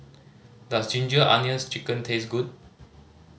does Ginger Onions Chicken taste good